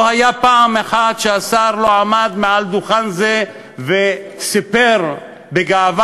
לא הייתה פעם אחת שהשר לא עמד מעל דוכן זה וסיפר בגאווה: